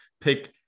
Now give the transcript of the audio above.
pick